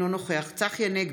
אינו נוכח צחי הנגבי,